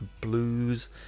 blues